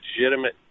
legitimate